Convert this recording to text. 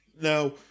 Now